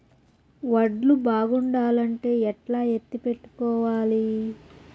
వడ్లు బాగుండాలంటే ఎట్లా ఎత్తిపెట్టుకోవాలి?